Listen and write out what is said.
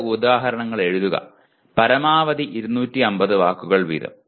രണ്ട് ഉദാഹരണങ്ങൾ എഴുതുക പരമാവധി 250 വാക്കുകൾ വീതം